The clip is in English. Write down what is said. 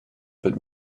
but